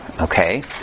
Okay